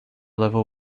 level